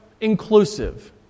inclusive